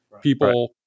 People